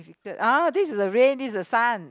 uh this is the rain this is the sun